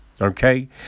Okay